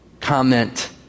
comment